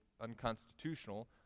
unconstitutional